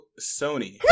Sony